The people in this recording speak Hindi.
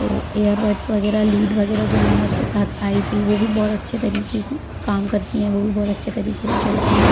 तो इयर बड्स वगैरह लीड वगैरह जो मैंने उसके साथ आई थी वो भी बहुत अच्छे तरीके की काम करती हैं वो भी बहुत अच्छे तरीके से चलती हैं